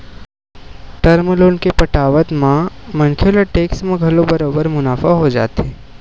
term loan के पटावत म मनखे ल टेक्स म घलो बरोबर मुनाफा हो जाथे